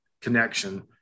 connection